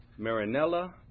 Marinella